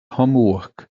homework